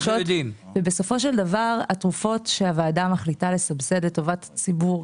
ובסופו של דבר התרופות שהוועדה מחליטה לסבסד לטובת הציבור,